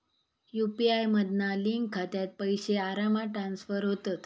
UPI मधना link खात्यात पैशे आरामात ट्रांसफर होतत